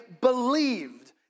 believed